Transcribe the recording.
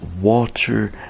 water